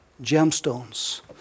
gemstones